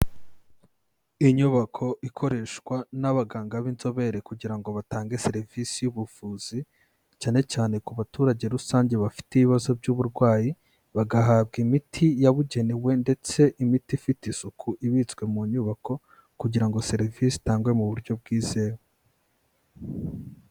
Inyubako ikoreshwa n'abaganga b'inzobere kugira ngo batange serivisi y'ubuvuzi cyane cyane ku baturage rusange bafite ibibazo by'uburwayi, bagahabwa imiti yabugenewe ndetse imiti ifite isuku ibitswe mu nyubako kugira ngo serivisi itangwe mu buryo bwizewe.